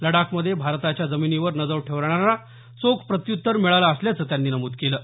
लडाखमध्ये भारताच्या जमिनीवर नजर ठेवणाऱ्यांना चोख प्रत्युत्तर मिळालं असल्याचं त्यांनी नमूद केलं आहे